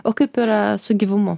o kaip yra su gyvumu